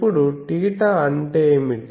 ఇప్పుడు θ అంటే ఏమిటి